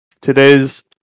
today's